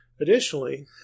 Additionally